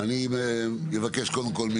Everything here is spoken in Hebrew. אני מבקש קודם כל,